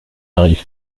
n’arrive